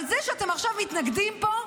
אבל זה שאתם עכשיו מתנגדים פה,